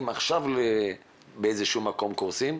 אם עכשיו אנחנו באיזה שהוא מקום קורסים,